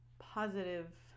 positive